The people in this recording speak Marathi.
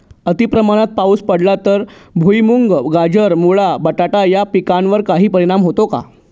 अतिप्रमाणात पाऊस पडला तर भुईमूग, गाजर, मुळा, बटाटा या पिकांवर काही परिणाम होतो का?